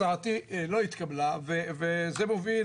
הצעתי לא התקבלה, וזה מוביל